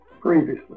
previously